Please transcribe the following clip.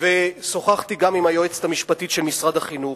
ושוחחתי גם עם היועצת המשפטית של משרד החינוך,